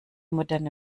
moderne